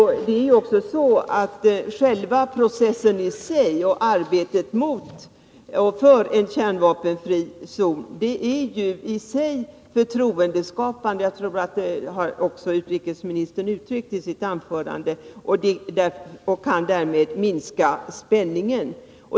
Själva arbetet för en kärnvapenfri zon är ju i sig förtroendeskapande — vilket jag tror att också utrikesministern underströk i sitt anförande — och kan bidra till att minska spänningen.